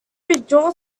withdraw